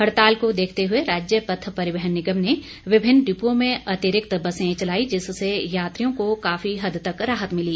हड़ताल को देखते हुए राज्य पथ परिवहन निगम ने विभिन्न डिप्ओं में अतिरिक्त बसें चलाई जिससे यात्रियों को काफी हद तक राहत मिली